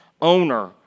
owner